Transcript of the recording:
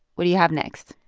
what do you have next?